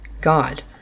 god